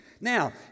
Now